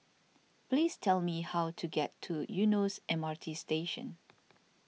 please tell me how to get to Eunos M R T Station